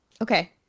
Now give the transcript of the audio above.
Okay